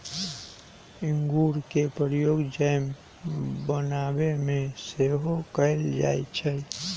इंगूर के प्रयोग जैम बनाबे में सेहो कएल जाइ छइ